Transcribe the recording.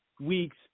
weeks